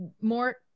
more